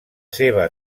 seva